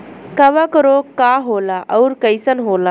कवक रोग का होला अउर कईसन होला?